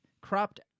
cropped